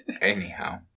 Anyhow